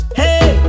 hey